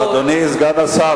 אדוני סגן השר,